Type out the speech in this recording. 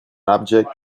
object